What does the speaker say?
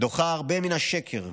דוחה הרבה מהשקר.